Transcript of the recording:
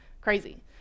crazy